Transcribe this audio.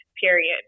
period